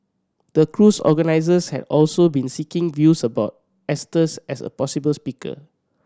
the cruise organisers had also been seeking views about Estes as a possible speaker